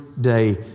day